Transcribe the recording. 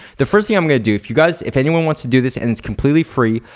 the first thing i'm gonna do, if you guys, if anyone wants to do this and it's completely free,